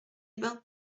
bains